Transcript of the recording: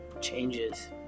changes